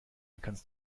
kannst